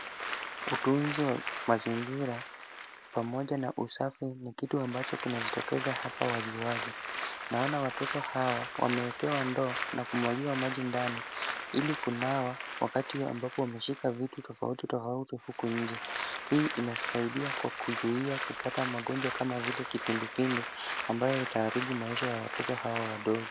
Utunzi wa mazingira, pamoja na usafi ni kitu ambacho kinajitokeza hapa waziwazi. Naona watoto hawa wameekewa ndoo na kumwagiwa maji ndani, ili kunawa wakati ambapo wameshika vitu tofauti tofauti huku nje. Hii inasaidia kwa kuzuia kupata magonjwa kama vile kipindupindu ambayo itaharibu maisha ya watoto hawa wadogo.